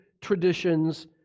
traditions